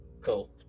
Cool